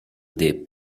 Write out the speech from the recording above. deep